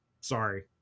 Sorry